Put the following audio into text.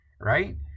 right